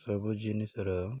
ସବୁ ଜିନିଷର